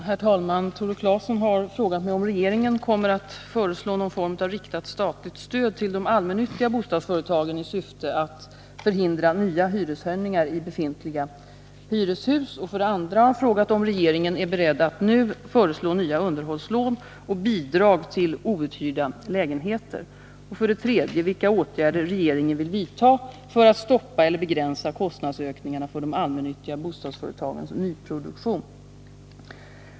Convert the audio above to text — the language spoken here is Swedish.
Herr talman! Tore Claeson har frågat mig 1. om regeringen kommer att föreslå någon form av riktat statligt stöd till de allmännyttiga bostadsföretagen i syfte att förhindra nya hyreshöjningar i befintliga hyreshus, 2. om regeringen är beredd att nu föreslå nya underhållslån och bidrag till outhyrda lägenheter, 3. vilka åtgärder regeringen vill vidta för att stoppa eller begränsa kostnadsökningarna för de allmännyttiga bostadsföretagens nyproduktion.